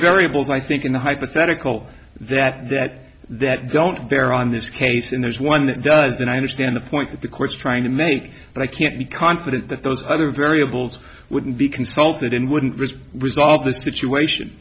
variables i think in the hypothetical that that that don't bear on this case and there's one that does and i understand the point that the court's trying to make but i can't be confident that those other variables wouldn't be consulted and wouldn't was resolve the situation